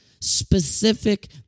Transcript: specific